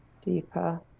deeper